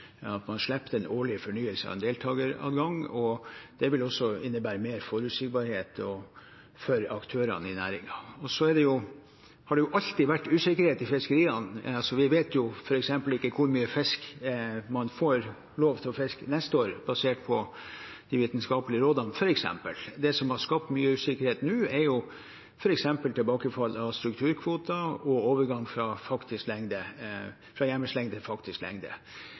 Man slipper den årlige fornyelsen av deltageradgang, og det vil også innebære mer forutsigbarhet for aktørene i næringen. Det har alltid vært usikkerhet i fiskeriene. Man vet jo f.eks. ikke hvor mye fisk man får lov til å fiske til neste år basert på de vitenskapelige rådene. Det som har skapt mye usikkerhet nå, er f.eks. tilbakefall av strukturkvoter og overgang fra hjemmelslengde til faktisk lengde.